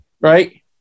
right